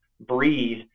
breathe